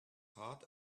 heart